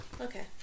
Okay